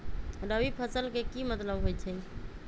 रबी फसल के की मतलब होई छई?